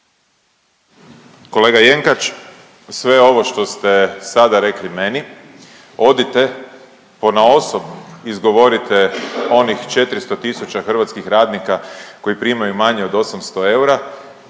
Kolega Jenkač sve ovo što ste sada rekli meni, odite ponaosob izgovorite onih 400 tisuća hrvatskih radnika koji primaju manje od 800 eura,